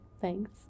Thanks